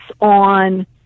on